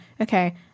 Okay